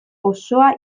osoa